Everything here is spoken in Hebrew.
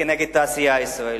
כנגד התעשייה הישראלית,